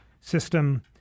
system